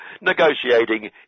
negotiating